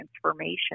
transformation